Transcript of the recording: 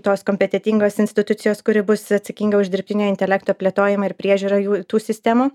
tos kompetentingos institucijos kuri bus atsakinga už dirbtinio intelekto plėtojimą ir priežiūrą jų tų sistemų